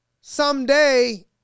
Someday